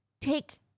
Take